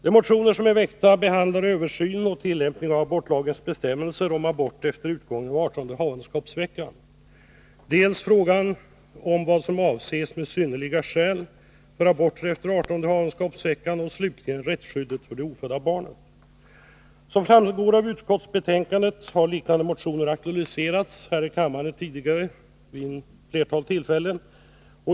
De motioner som är väckta behandlar dels frågan om översyn av tillämpningen av abortlagens bestämmelser om abort efter utgången av 18:e havandeskapsveckan, dels frågan om vad som avses med ”synnerliga skäl” för aborter efter 18:e havandeskapsveckan och slutligen rättsskyddet för det ofödda barnet. Som framgår av utskottsbetänkandet har liknande motioner tidigare aktualiserats här i kammaren vid ett flertal tillfällen.